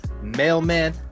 Mailman